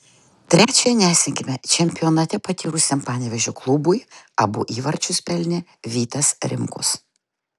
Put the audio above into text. trečiąją nesėkmę čempionate patyrusiam panevėžio klubui abu įvarčius pelnė vitas rimkus